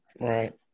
Right